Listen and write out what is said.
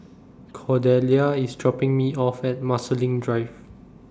Cordelia IS dropping Me off At Marsiling Drive